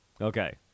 Okay